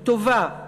היא טובה,